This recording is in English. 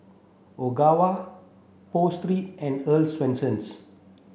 Ogawa Pho Street and Earl's Swensens